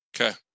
Okay